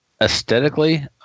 aesthetically